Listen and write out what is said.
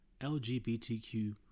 LGBTQ